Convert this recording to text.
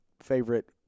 favorite